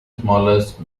smallest